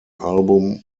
album